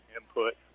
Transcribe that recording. input